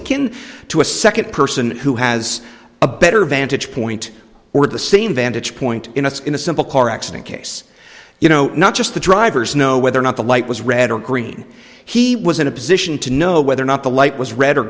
akin to a second person who has a better vantage point or the same vantage point in us in a simple car accident case you know not just the drivers know whether or not the light was red or green he was in a position to know whether or not the light was red or